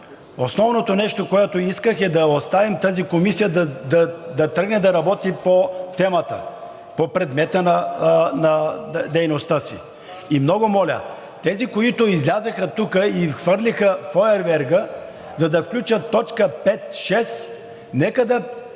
Основното нещо, което исках, е да оставим тази комисия да тръгне да работи по темата, по предмета на дейността си. Много моля, тези, които излязоха тук и хвърлиха фойерверки, за да включат т. 5, 6, нека да